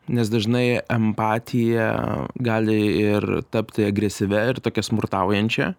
nes dažnai empatija gali ir tapti agresyvia ir tokia smurtaujančia